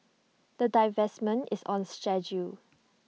the divestment is on schedule